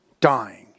dying